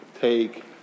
Take